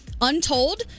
Untold